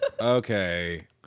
Okay